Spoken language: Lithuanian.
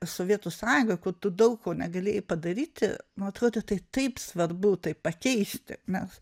sovietų sąjungoj kur tu daug ko negalėjai padaryti nu atrodė tai taip svarbu tai pakeisti nes